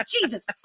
Jesus